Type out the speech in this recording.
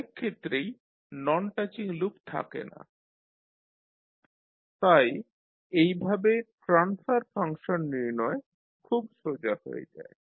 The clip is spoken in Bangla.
অনেক ক্ষেত্রেই নন টাচিং লুপ থাকে না তাই এইভাবে ট্রান্সফার ফাংশন নির্ণয় খুব সোজা হয়ে যায়